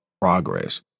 progress